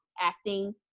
acting